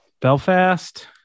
Belfast